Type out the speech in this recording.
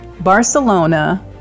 barcelona